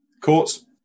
courts